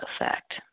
effect